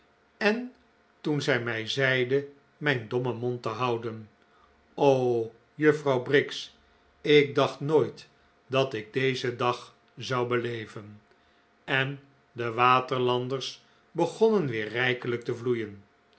en toen zij mij zeide mijn dommen mond te houden o juffrouw briggs ik dacht nooit dat ik dezen dag zou beleven en de waterlanders begonnen weer rijkelijk te vloeien